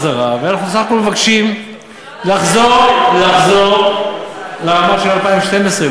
ואנחנו בסך הכול מבקשים לחזור להבנות של 2012,